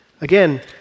again